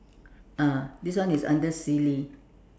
ah this one is under silly